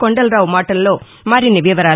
కొండలరావు మాటల్లో మరిన్ని వివరాలు